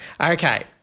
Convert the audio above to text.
Okay